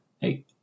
Hey